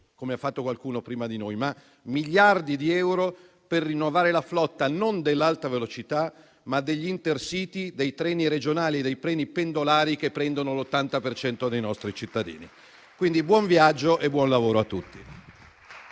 come ha fatto qualcuno prima di noi, ma miliardi di euro per rinnovare la flotta non dell'Alta velocità ma degli Intercity, dei treni regionali e dei treni pendolari che prendono l'80 per cento dei nostri cittadini. Quindi buon viaggio e buon lavoro a tutti.